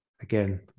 Again